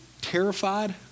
terrified